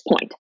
point